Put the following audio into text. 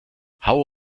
hau